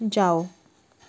जाओ